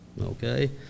Okay